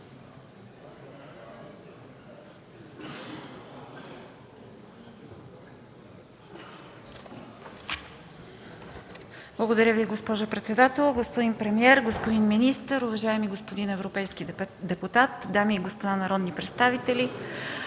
Благодаря Ви, госпожо председател. Господин премиер, господин министър, уважаеми господин европейски депутат, дами и господа народни представители!